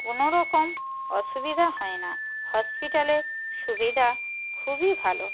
কোনো রকম অসুবিদা হয় না হসপিটালের সুবিধা খুবই ভালো